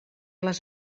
les